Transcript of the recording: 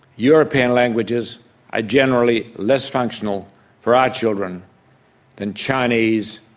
european languages are generally less functional for our children than chinese,